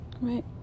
right